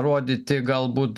rodyti galbūt